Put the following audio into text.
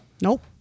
Nope